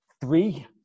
Three